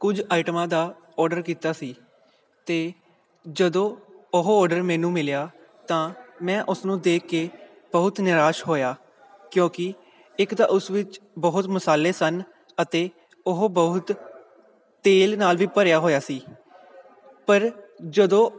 ਕੁਝ ਆਈਟਮਾਂ ਦਾ ਔਡਰ ਕੀਤਾ ਸੀ ਅਤੇ ਜਦੋਂ ਉਹ ਔਡਰ ਮੈਨੂੰ ਮਿਲਿਆ ਤਾਂ ਮੈਂ ਉਸਨੂੰ ਦੇਖ ਕੇ ਬਹੁਤ ਨਿਰਾਸ਼ ਹੋਇਆ ਕਿਉਂਕਿ ਇੱਕ ਤਾਂ ਉਸ ਵਿੱਚ ਬਹੁਤ ਮਸਾਲੇ ਸਨ ਅਤੇ ਉਹ ਬਹੁਤ ਤੇਲ ਨਾਲ਼ ਵੀ ਭਰਿਆ ਹੋਇਆ ਸੀ ਪਰ ਜਦੋਂ